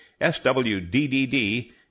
SWDDD